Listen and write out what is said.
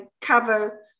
cover